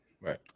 right